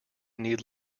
need